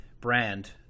brand